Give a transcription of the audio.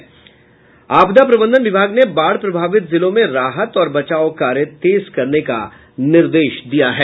इधर आपदा प्रबंधन विभाग ने बाढ़ प्रभावित जिलों में राहत और बचाव कार्य तेज करने का निर्देश दिया है